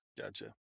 Gotcha